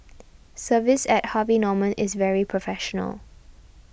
service at Harvey Norman is very professional